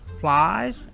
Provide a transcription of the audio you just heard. flies